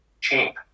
champ